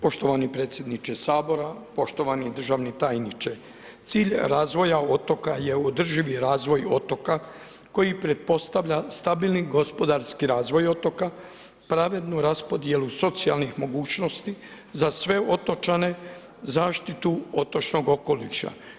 Poštovani predsjedniče Sabora, poštovani državni tajniče, cilj razvoja otoka je održivi razvoj otoka, koji pretpostavlja stabilni gospodarski razvoj otoka, pravednu raspodjelu socijalnih mogućnosti za sve otočane, zaštitu otočnog okoliša.